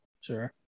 sure